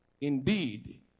Indeed